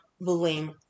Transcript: blame